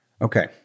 Okay